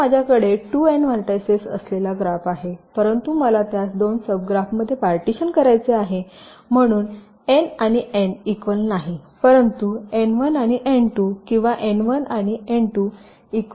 समजा माझ्याकडे २n व्हर्टायसेस असलेला ग्राफ आहे परंतु मला त्यास दोन सबग्राफमध्ये पार्टीशन करायचे आहे म्हणून n आणि n इक्वल नाही परंतु n1 आणि n2 किंवा n1 आणि n2 इक्वल नाहीत